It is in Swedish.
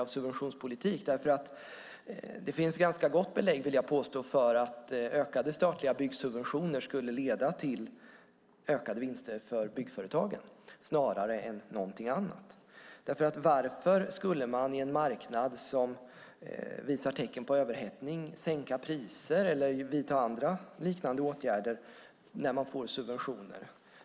Jag vill påstå att det finns ganska gott belägg för att ökade statliga byggsubventioner skulle leda till ökade vinster för byggföretagen snarare än någonting annat. Varför skulle man i en marknad som visar tecken på överhettning sänka priser eller vidta andra liknande åtgärder när man får subventioner?